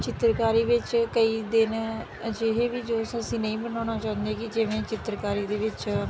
ਚਿੱਤਰਕਾਰੀ ਵਿੱਚ ਕਈ ਦਿਨ ਅਜਿਹੇ ਵੀ ਜੋ ਅਸੀਂ ਨਹੀਂ ਬਣਾਉਣਾ ਚਾਹੁੰਦੇ ਕਿ ਜਿਵੇਂ ਚਿੱਤਰਕਾਰੀ ਦੇ ਵਿੱਚ